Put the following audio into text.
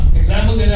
example